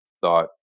thought